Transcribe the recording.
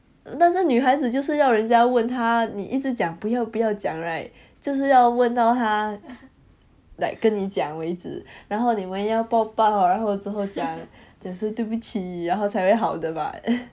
但是女孩子就是要人家问他你一直讲不要不要讲 right 就是要问到他 like 跟你讲为止然后你们要抱抱然后之后讲解释对不起然后才会好的 [what]